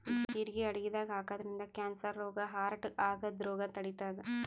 ಜಿರಗಿ ಅಡಗಿದಾಗ್ ಹಾಕಿದ್ರಿನ್ದ ಕ್ಯಾನ್ಸರ್ ರೋಗ್ ಹಾರ್ಟ್ಗಾ ಆಗದ್ದ್ ರೋಗ್ ತಡಿತಾದ್